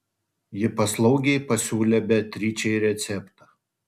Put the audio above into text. ji paslaugiai pasiūlė beatričei receptą